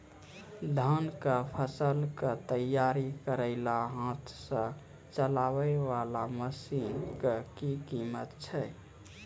धान कऽ फसल कऽ तैयारी करेला हाथ सऽ चलाय वाला मसीन कऽ कीमत की छै?